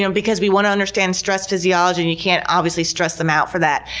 and because we want to understand stress physiology and you can't, obviously, stress them out for that.